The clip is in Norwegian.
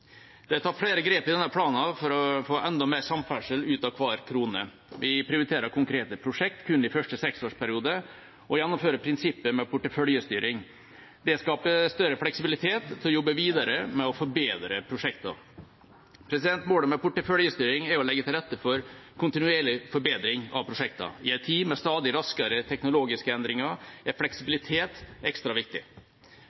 Det er tatt flere grep i denne planen for å få enda mer samferdsel ut av hver krone. Vi prioriterer konkrete prosjekt kun i første seksårsperiode og gjennomfører prinsippet med porteføljestyring. Det skaper større fleksibilitet til å jobbe videre med å forbedre prosjektene. Målet med porteføljestyring er å legge til rette for kontinuerlig forbedring av prosjekter. I en tid med stadig raskere teknologiske endringer er